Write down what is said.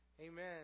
Amen